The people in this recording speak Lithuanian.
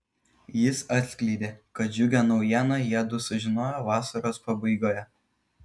jis atskleidė kad džiugią naujieną jiedu sužinojo vasaros pabaigoje